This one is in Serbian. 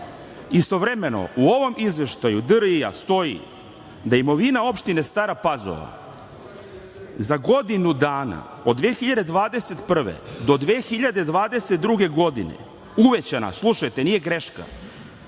istovremeno u ovom izveštaju DRI-a stoji da imovina opštine Stara Pazova za godinu dana od 2021. godine do 2022. godine uvećana, slušajte, nije greška,